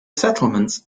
settlements